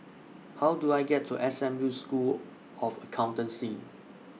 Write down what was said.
How Do I get to S M U School of Accountancy